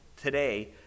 today